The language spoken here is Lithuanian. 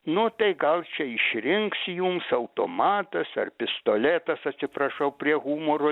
nu tai gal čia išrinks jums automatas ar pistoletas atsiprašau prie humoro